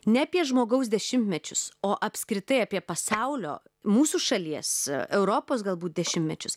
ne apie žmogaus dešimtmečius o apskritai apie pasaulio mūsų šalies europos galbūt dešimtmečius